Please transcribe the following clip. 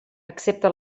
excepte